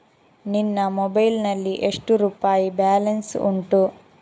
ನಿನ್ನ ಮೊಬೈಲ್ ನಲ್ಲಿ ಎಷ್ಟು ರುಪಾಯಿ ಬ್ಯಾಲೆನ್ಸ್ ಉಂಟು?